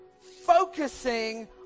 focusing